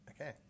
Okay